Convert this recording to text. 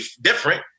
different